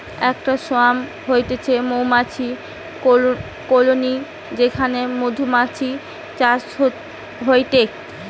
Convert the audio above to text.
একটা সোয়ার্ম হতিছে মৌমাছির কলোনি যেখানে মধুমাছির চাষ হয়টে